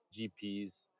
GPs